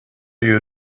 you